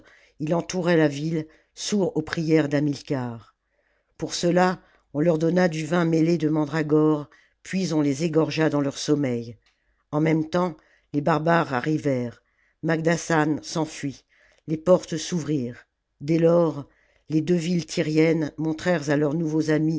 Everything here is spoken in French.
il entourait la ville sourd aux prières d'hamilcar pour ceux-là on leur donna du vin mêlé de mandragore puis on les égorgea dans leur sommeil en même temps les barbares arrivèrent magdassan s'enfuit les portes s'ouvrirent dès lors les deux villes tyriennes montrèrent à leurs nouveaux